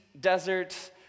desert